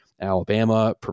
Alabama